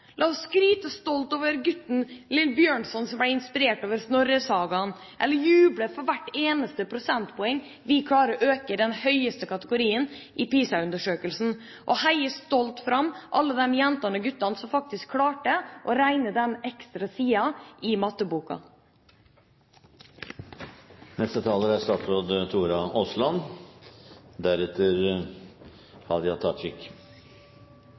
La oss hylle enerne i skolen også! La oss skryte stolt av Bjørnson, som var inspirert av Snorre-sagaene. La oss juble for hvert eneste prosentpoeng vi klarer å øke med i den høyeste kategorien i PISA-undersøkelsen, og heie stolt fram alle de jentene og guttene som faktisk klarte å regne de ekstra sidene i matteboka. De tre største utfordringene vi står overfor, er